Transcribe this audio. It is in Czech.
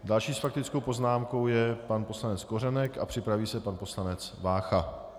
Další s faktickou poznámkou je pan poslanec Kořenek a připraví se pan poslanec Vácha.